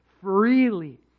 freely